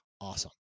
Awesome